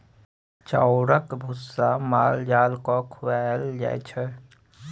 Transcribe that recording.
चाउरक भुस्सा माल जाल केँ खुआएल जाइ छै